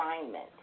assignment